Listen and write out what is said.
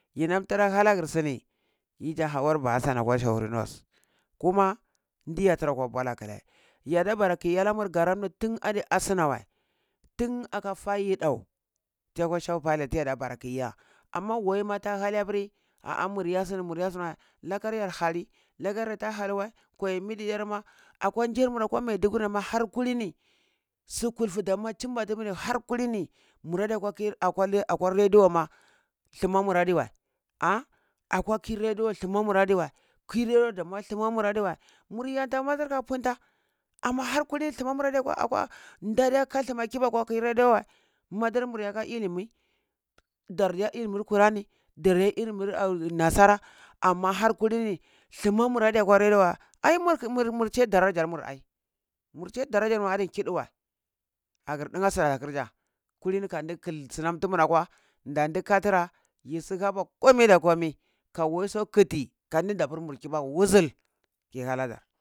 Yinam tara ha lagu sini, yija hauwar ba hassan akwa shehuri north, kuma nde yah tira kwa bolakile yada ba ki iyalamu garan nu tun adi asu wəi tun aka fa yiɗau tiya kwa shehu palace tuyida bara kiyi iya, amma wai ma ta liyapuri, ah ah nur iya suni, mur iya suni wa, lakar yar hali lakar ta hali wəi, kwai midiyar ma akwa njirmur kwa maidugunri ma har kulini su kulfu damua chimba tumurni harkulini muradai kwa kir akwa kir akwa rediyo ma tumamu adewa ah akwa kir radio thumamu adiwa, kir radiwo na thuma mu adiwa mur yanta madar ka punta amma harkulini thuma mumuradi akwa akwa dadiya ka thuma kibaku kwa ki radio wəi, madar mur ye ka ilimi darda iya ilimir kurani dadiya iya ilimir nir naasara, amma har kulini thumanu radai kwa radiyo wəi, ai mur mur chai daryar mur ai, mur chai darajar mur adi kiɗu wa agir dinnye su tiya kir ja, kulini kandi ɗil sunam tu mura kwa da ndi ka tira yisu haba komi da komi ka wusa kiti kan ndi nda pur mur kibaku wuzul yi halagya